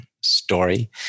story